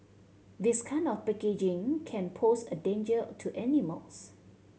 this kind of packaging can pose a danger to animals